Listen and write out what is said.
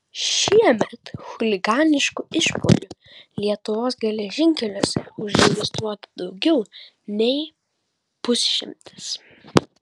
šiemet chuliganiškų išpuolių lietuvos geležinkeliuose užregistruota daugiau nei pusšimtis